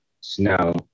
snow